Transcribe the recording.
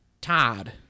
Todd